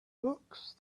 books